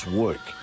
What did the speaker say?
work